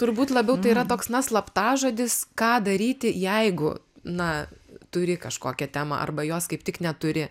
turbūt labiau tai yra toks na slaptažodis ką daryti jeigu na turi kažkokią temą arba jos kaip tik neturi